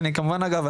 אני כמובן אגב,